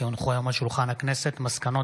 כי הונחו היום על שולחן הכנסת מסקנות